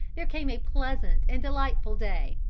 there came a pleasant and delightful day,